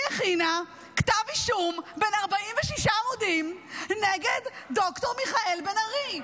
היא הכינה כתב אישום בן 46 עמודים נגד ד"ר מיכאל בן ארי.